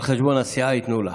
על חשבון הסיעה ייתנו לך.